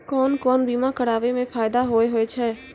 कोन कोन बीमा कराबै मे फायदा होय होय छै?